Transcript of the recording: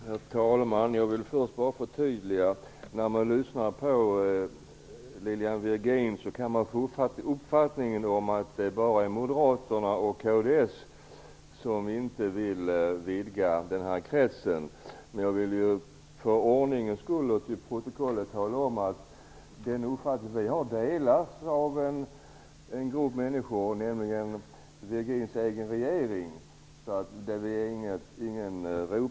Herr talman! Jag vill först bara förtydliga en sak. När man lyssnar på Lilian Virgin kan man få uppfattningen att det bara är Moderaterna och kds som inte vill vidga denna krets. För ordningens skull, och till protokollet, vill jag tala om att den uppfattning vi har delas av en grupp människor, nämligen regeringen med Lilian Virgins egna partivänner.